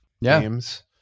games